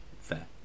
fair